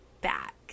back